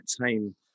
time